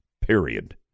period